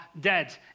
dead